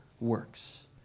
works